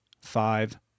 five